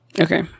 Okay